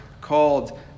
called